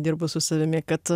dirbu su savimi kad